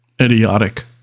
Idiotic